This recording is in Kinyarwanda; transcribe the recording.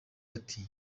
ati